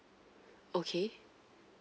okay